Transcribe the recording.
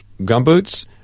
gumboots